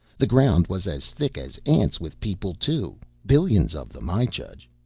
the ground was as thick as ants with people, too billions of them, i judge.